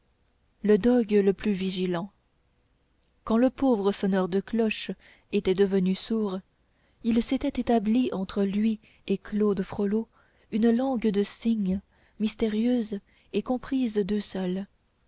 le dogue le plus vigilant quand le pauvre sonneur de cloches était devenu sourd il s'était établi entre lui et claude frollo une langue de signes mystérieuse et comprise d'eux seuls